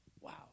Wow